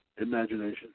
imagination